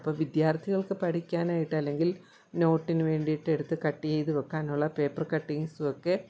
അപ്പോൾ വിദ്യാർത്ഥികൾക്ക് പഠിക്കാനായിട്ട് അല്ലെങ്കിൽ നോട്ടിന് വേണ്ടിയിട്ട് എടുത്ത് കട്ട് ചെയ്ത് വെക്കാനുള്ള പേപ്പർ കട്ടിങ്സൊക്കെ